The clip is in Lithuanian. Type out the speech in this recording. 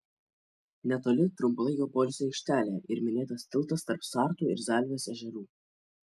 netoli trumpalaikio poilsio aikštelė ir minėtas tiltas tarp sartų ir zalvės ežerų